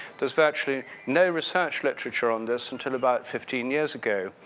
there's virtually no research literature on this until about fifteen years ago.